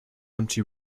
empty